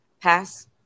pass